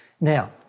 Now